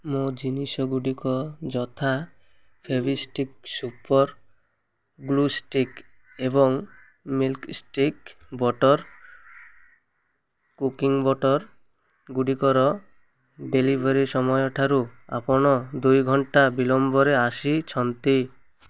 ମୋ ଜିନିଷଗୁଡ଼ିକ ଯଥା ଫେଭିଷ୍ଟିକ୍ ସୁପର୍ ଗ୍ଲୁଷ୍ଟିକ୍ ଏବଂ ମିଲ୍କି ମିଷ୍ଟ୍ ବଟର୍ କୁକିଂ ବଟର୍ଗୁଡ଼ିକର ଡେଲିଭରି ସମୟ ଠାରୁ ଆପଣ ଦୁଇ ଘଣ୍ଟା ବିଳମ୍ବରେ ଆସିଛନ୍ତି